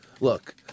Look